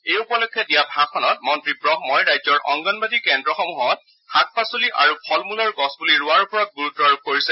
এই উপলক্ষে দিয়া ভাষণ প্ৰসংগত শ্ৰীমতী ব্ৰহ্মই ৰাজ্যৰ অংগনৱাডী কেন্দ্ৰসমূহত শাক পাচলী আৰু ফল মূলৰ গছপুলি ৰোৱাৰ ওপৰত গুৰুত্ব আৰোপ কৰিছে